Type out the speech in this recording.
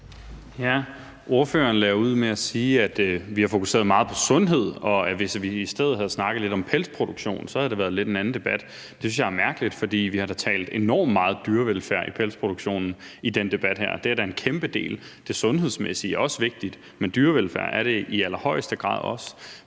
Valentin (SF): Ordføreren lagde ud med at sige, at vi har fokuseret meget på sundhed, og at det, hvis vi i stedet havde snakket lidt om pelsproduktion, havde været en lidt anden debat. Det synes jeg er mærkeligt, for vi har da talt enormt meget om dyrevelfærd i pelsproduktionen i den her debat, og det er da en kæmpe del. Det sundhedsmæssige er vigtigt, men det er dyrevelfærd i allerhøjeste grad også.